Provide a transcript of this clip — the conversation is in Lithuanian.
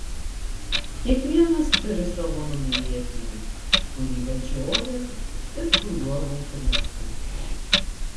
kiekvienas turi savo numylėtinį kurį vedžioja ir kuriuo rūpinasi